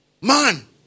Man